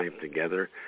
together